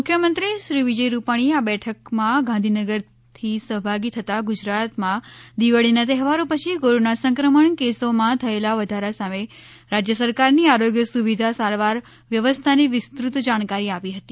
મુખ્યમંત્રી શ્રી વિજય રૂપાણીએ આ બેઠકમાં ગાંધીનગરથી સહભાગી થતાં ગુજરાતમાં દિવાળીના તહેવારો પછી કોરોના સંક્રમણ કેસોમાં થયેલા વધારા સામે રાજ્ય સરકારની આરોગ્ય સુવિધા સારવાર વ્યવસ્થાની વિસ્તૃત જાણકારી આપી હતી